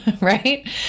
Right